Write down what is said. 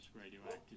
radioactive